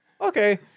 okay